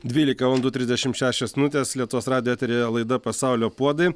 dvylika valandų trisdešimt šešios minutės lietuvos radijo eteryje laida pasaulio puodai